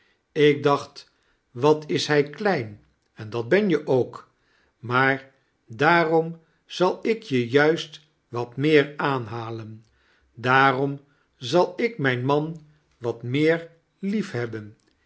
ik dacht wat is hij klein en dat ben je ook maar daarom zal ik je juist wat meer aanhalen daarom zal ik mijn man wat meer liefhebben